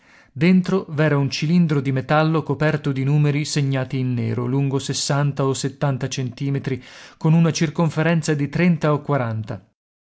dentro v'era un cilindro di metallo coperto di numeri segnati in nero lungo sessanta o settanta centimetri con una circonferenza di trenta o quaranta